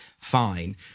fine